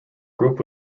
group